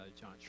John